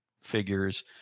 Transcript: figures